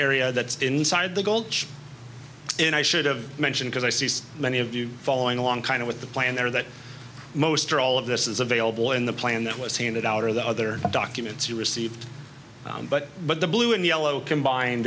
area that's inside the gold and i should have mentioned because i see so many of you following along kind of with the plan there that most or all of this is available in the plan that was handed out or the other documents you received but but the blue and yellow combined